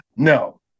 No